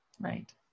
Right